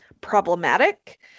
problematic